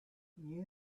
you